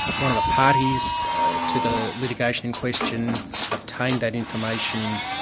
one of the parties to the litigation in question obtained that information,